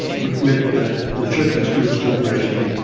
which meant that the church and schools corporation,